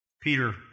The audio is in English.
Peter